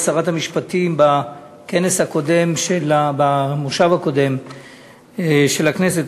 שרת המשפטים במושב הקודם של הכנסת,